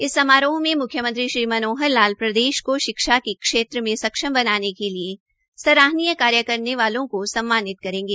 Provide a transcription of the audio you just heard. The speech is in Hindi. इस समारोह में मुख्यमंत्री श्री मनोहर लाल प्रदेश को शिक्षा के क्षेत्र में सक्षम बनाने के लिए सराहनीय कार्य करने वालों को सम्मानित करेंगे